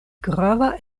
grava